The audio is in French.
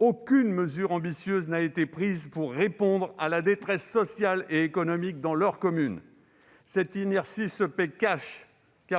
aucune mesure ambitieuse n'a été prise pour répondre à la détresse sociale et économique des communes concernées et cette inertie se paye.